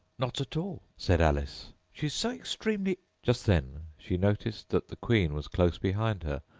not at all said alice she's so extremely just then she noticed that the queen was close behind her,